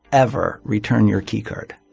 ever return your key card.